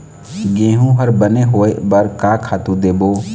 गेहूं हर बने होय बर का खातू देबो?